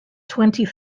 twenty